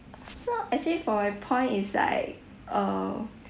actually for my point is like err